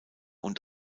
und